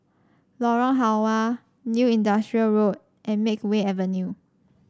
Lorong Halwa New Industrial Road and Makeway Avenue